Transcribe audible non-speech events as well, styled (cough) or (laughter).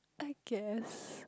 I guess (breath)